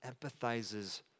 empathizes